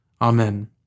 Amen